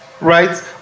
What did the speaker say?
right